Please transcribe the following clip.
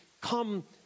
Come